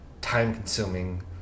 time-consuming